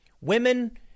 Women